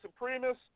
supremacists